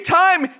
time